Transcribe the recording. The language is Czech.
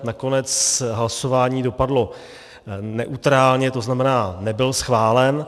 Nakonec hlasování dopadlo neutrálně, to znamená, nebyl schválen.